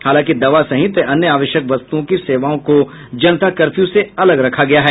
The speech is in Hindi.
हालांकि दवा सहित अन्य आवश्यक वस्तुओं की सेवाओं को जनता कर्फ्यू से अलग रखा गया है